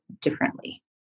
differently